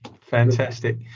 Fantastic